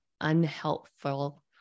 unhelpful